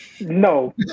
No